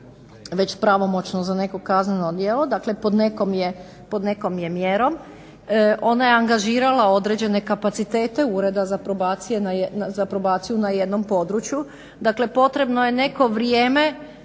već pravomoćno za neko kazneno djelo, dakle pod nekom je mjerom. Ona je angažirala određene kapacitete Ureda za probaciju na jednom području. Dakle, potrebno je neko vrijeme